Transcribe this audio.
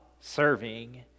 serving